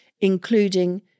including